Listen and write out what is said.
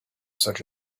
such